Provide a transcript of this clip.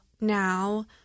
now